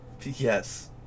Yes